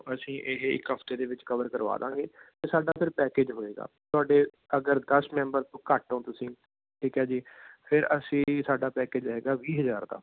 ਅਸੀਂ ਇਹ ਇੱਕ ਹਫਤੇ ਦੇ ਵਿੱਚ ਕਵਰ ਕਰਵਾ ਦੇਵਾਂਗੇ ਅਤੇ ਸਾਡਾ ਫਿਰ ਪੈਕੇਜ ਹੋਵੇਗਾ ਤੁਹਾਡੇ ਅਗਰ ਦਸ ਮੈਂਬਰ ਤੋਂ ਘੱਟ ਹੋ ਤੁਸੀਂ ਠੀਕ ਹੈ ਜੀ ਫਿਰ ਅਸੀਂ ਸਾਡਾ ਪੈਕੇਜ ਰਹੇਗਾ ਵੀਹ ਹਜ਼ਾਰ ਦਾ